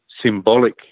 symbolic